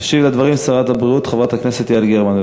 תשיב על הדברים שרת הבריאות, חברת הכנסת יעל גרמן.